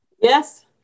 Yes